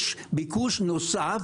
יש ביקוש נוסף,